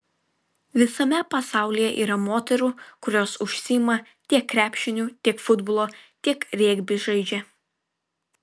visame pasaulyje yra moterų kurios užsiima tiek krepšiniu tiek futbolu tiek regbį žaidžia